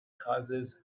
causes